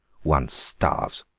one starves.